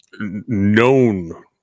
known